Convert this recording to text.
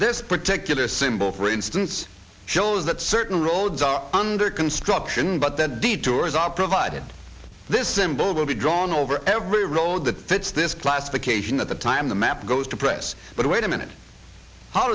this particular symbol for instance shows that certain roads are under construction but that the tours are provided this symbol will be drawn over every road that fits this classification at the time the map goes to press but wait a minute how